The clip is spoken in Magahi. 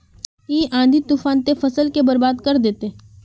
इ आँधी तूफान ते फसल के बर्बाद कर देते?